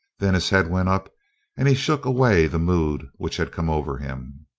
then his head went up and he shook away the mood which had come over him.